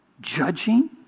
judging